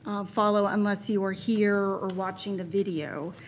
um follow unless you were here or watching the video.